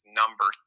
number